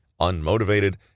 unmotivated